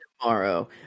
tomorrow